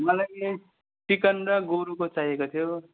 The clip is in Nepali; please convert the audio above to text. मलाई चिकन र गोरुको चाहिएको थियो